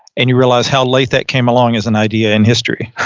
and you realize how late that came along as an idea in history.